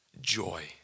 joy